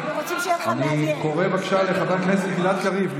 אני קורא לחבר הכנסת גלעד קריב.